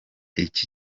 iki